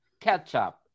ketchup